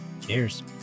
Cheers